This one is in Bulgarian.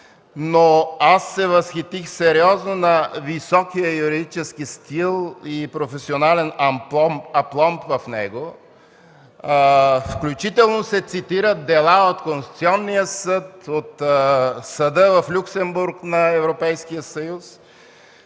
но аз се възхитих сериозно на високия юридически стил и професионален апломб в него, включително се цитират дела от Конституционния съд, от Съда на Люксембург в Европейския съюз.